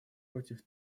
против